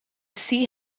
sea